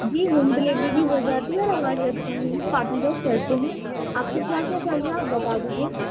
جی home delivery بھی ہو جاتی ہے اور ہمارے ریسٹورینٹ میں بھی پارٹی کرتے ہیں آپ کو کیا کیا چاہیے آپ بتا دیجیے